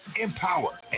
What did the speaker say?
empower